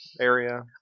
area